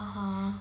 (uh huh)